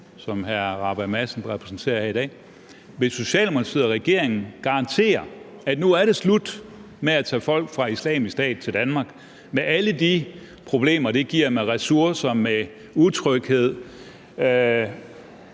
Rabjerg Madsen repræsenterer her i dag, garantere, at nu er det slut med at tage folk fra Islamisk Stat til Danmark med alle de problemer, det giver, med ressourcer og med utryghed?